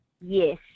Yes